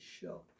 show